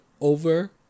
over